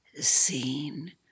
seen